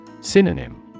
Synonym